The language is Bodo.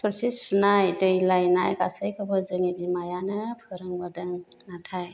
थोरसि सुनाय दै लायनाय गासैखौबो जोंनि बिमायानो फोरोंबोदों नाथाय